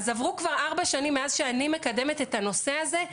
עברו כבר ארבע שנים מאז שאני מקדמת את הנושא הזה,